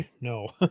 No